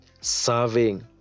serving